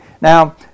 Now